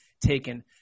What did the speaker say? taken